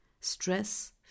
stress